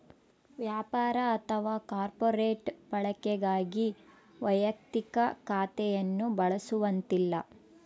ವ್ಯಾಪಾರ ಅಥವಾ ಕಾರ್ಪೊರೇಟ್ ಬಳಕೆಗಾಗಿ ವೈಯಕ್ತಿಕ ಖಾತೆಯನ್ನು ಬಳಸುವಂತಿಲ್ಲ